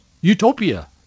utopia